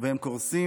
והם קורסים.